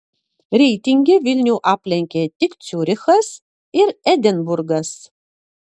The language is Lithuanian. reitinge vilnių aplenkė tik ciurichas ir edinburgas